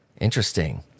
Interesting